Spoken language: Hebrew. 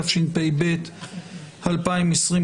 התשפ"ב-2022.